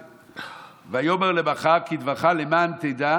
"ויאמר למחר ויאמר כדברך למען תדע